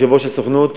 יושב-ראש הסוכנות.